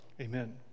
Amen